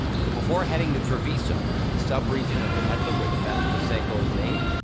so before heading to treviso, the subregion of veneto where the best prosecco is made,